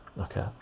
okay